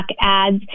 ads